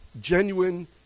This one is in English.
genuine